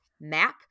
map